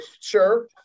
Sure